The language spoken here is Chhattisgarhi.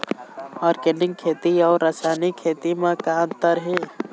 ऑर्गेनिक खेती अउ रासायनिक खेती म का अंतर हे?